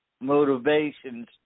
motivations